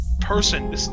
person